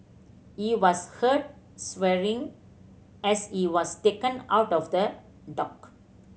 he was heard swearing as he was taken out of the dock